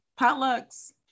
potlucks